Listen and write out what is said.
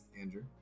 Andrew